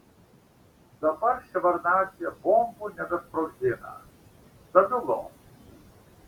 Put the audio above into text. dabar ševardnadzė bombų nebesprogdina stabilu